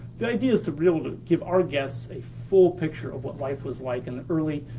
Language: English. the idea is to be able to give our guests a full picture of what life was like in the early.